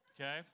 okay